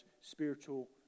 spiritual